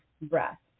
breath